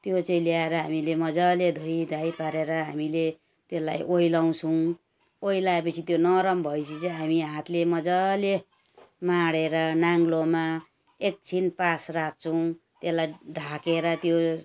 त्यो चाहिँ ल्याएर हामीले मजाले धुइ धाइ पारेर हामीले त्यसलाई ओइलाउँछौँ ओइलाए पछि त्यो नरम भए पछि चाहिँ हामी हातले मजाले माडेर नाङ्लोमा एकछिन पास राख्छौँ त्यसलाई ढाकेर त्यो